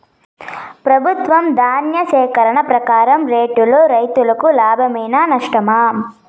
ప్రభుత్వం ధాన్య సేకరణ ప్రకారం రేటులో రైతుకు లాభమేనా నష్టమా?